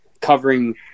covering